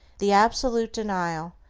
the absolute denial,